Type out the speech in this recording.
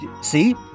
See